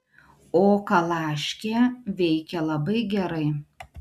o kalaškė veikia labai gerai